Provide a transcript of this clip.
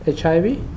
HIV